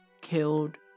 killed